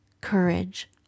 courage